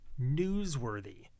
newsworthy